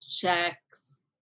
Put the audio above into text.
checks